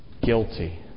guilty